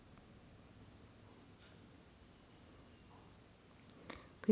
प्रीतमने संपूर्ण कंपनीची रचनाच बदलून टाकली